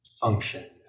function